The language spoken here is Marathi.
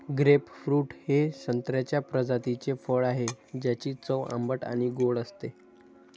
ग्रेपफ्रूट हे संत्र्याच्या प्रजातीचे फळ आहे, ज्याची चव आंबट आणि गोड असते